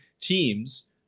teams